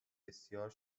بسیار